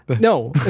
no